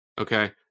Okay